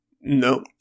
No